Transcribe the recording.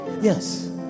yes